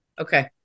Okay